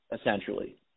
essentially